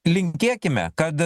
linkėkime kad